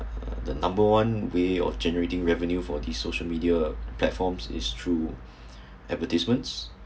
uh the number one way of generating revenue for the social media platforms is through advertisements